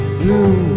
blue